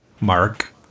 Mark